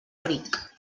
ric